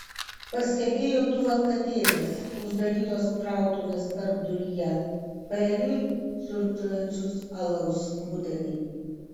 pastebėjo du valkatėles uždarytos krautuvės tarpduryje paeiliui siurbčiojančius alaus butelį